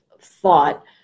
thought